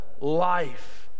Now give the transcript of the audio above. life